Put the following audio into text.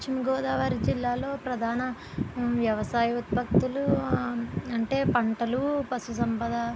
పశ్చిమ గోదావరి జిల్లాలో ప్రధాన వ్యవసాయ ఉత్పత్తులు అంటే పంటలు పశు సంపద